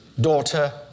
daughter